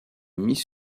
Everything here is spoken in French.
mis